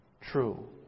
true